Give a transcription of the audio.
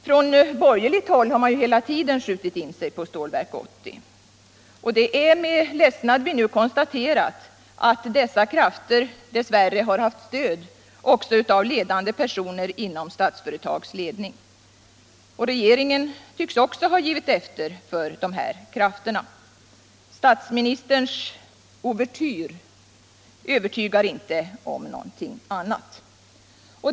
Från borgerligt håll har man hela tiden skjutit in sig på Stålverk 80. Det är med ledsnad vi nu konstaterar att dessa krafter dess värre har haft stöd av ledande personer inom ledningen för Statsföretag AB. Regeringen tycks också ha givit efter för dessa krafter. Statsministerns uvertyr övertygar inte om någonting annat.